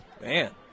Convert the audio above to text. Man